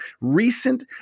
recent